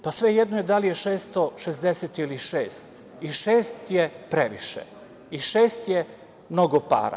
Pa, svejedno je da li je 660 ili šest i šest je previše i šest je mnogo para.